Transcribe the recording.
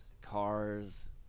cars